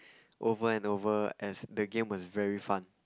over and over as the game was very fun